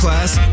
Class